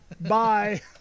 bye